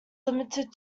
limited